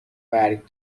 برگ